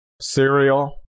Cereal